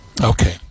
Okay